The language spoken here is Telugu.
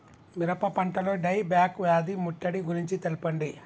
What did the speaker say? మిరప పంటలో డై బ్యాక్ వ్యాధి ముట్టడి గురించి తెల్పండి?